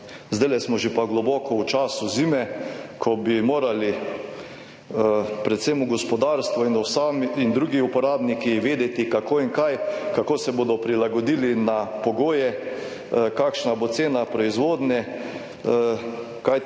zdajle smo že pa globoko v času zime, ko bi morali predvsem v gospodarstvu in drugi uporabniki vedeti kako in kaj, kako se bodo prilagodili na pogoje, kakšna bo cena proizvodnje, kajti kot